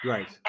Right